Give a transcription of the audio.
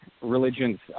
religions